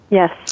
yes